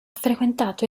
frequentato